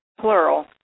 plural